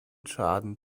schaden